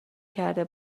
کرده